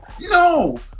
No